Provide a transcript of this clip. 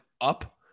up